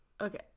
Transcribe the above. Okay